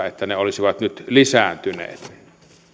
että ne olisivat nyt lisääntyneet